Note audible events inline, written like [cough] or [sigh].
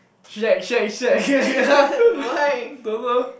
shag shag shag [laughs] don't know